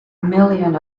million